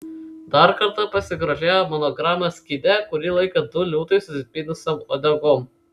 dar kartą pasigrožėjo monograma skyde kurį laikė du liūtai susipynusiom uodegom